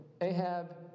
Ahab